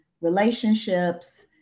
relationships